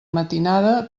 matinada